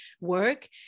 work